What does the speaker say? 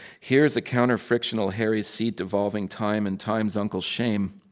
here's a counterfrictional hairy seat devolving time and time's uncle, shame.